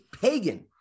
pagan